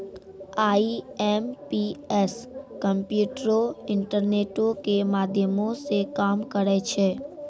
IMPS कम्प्यूटरो, इंटरनेटो के माध्यमो से काम करै छै